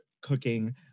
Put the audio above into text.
cooking